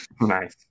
Nice